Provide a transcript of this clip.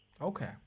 Okay